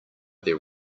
their